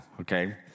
Okay